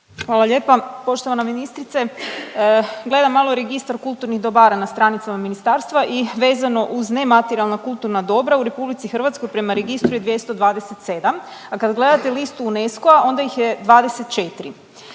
Hvala lijepa. Poštovana ministrice, gledam malo Registar kulturnih dobara na stranicama ministarstva i vezano uz nematerijalna kulturna dobra u RH prema registru je 227, a kad gledate listu UNESCO-a onda ih je 24.